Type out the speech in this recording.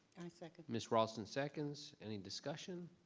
i second. miss raulston seconds any discussion?